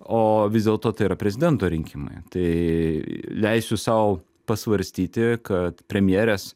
o vis dėlto tai yra prezidento rinkimai tai leisiu sau pasvarstyti kad premjerės